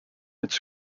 its